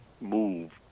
move